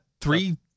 three